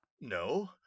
no